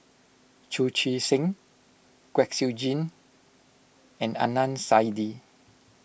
Chu Chee Seng Kwek Siew Jin and Adnan Saidi